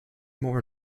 more